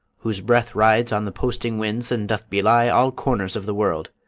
whose breath rides on the posting winds and doth belie all corners of the world.